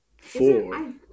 four